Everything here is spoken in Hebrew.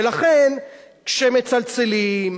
ולכן כשמצלצלים,